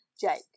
Jake